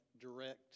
direct